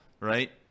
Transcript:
right